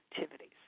activities